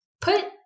put